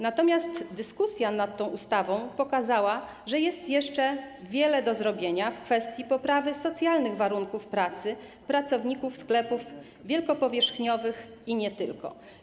Natomiast dyskusja nad tą ustawą pokazała, że jest jeszcze wiele do zrobienia w kwestii poprawy socjalnych warunków pracy pracowników sklepów wielkopowierzchniowych i nie tylko.